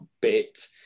bit